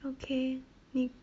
okay m~